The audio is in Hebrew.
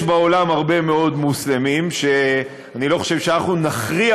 יש בעולם הרבה מאוד מוסלמים שאני לא חושב שאנחנו נכריע